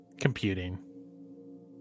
Computing